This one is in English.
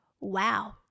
wow